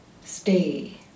stay